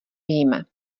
víme